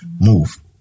move